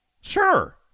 Sure